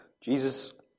Jesus